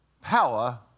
power